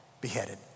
beheaded